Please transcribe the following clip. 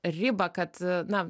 ribą kad na